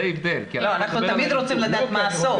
לא, אנחנו תמיד רוצים לדעת מה הסוף.